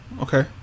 Okay